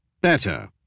better